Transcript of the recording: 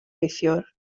neithiwr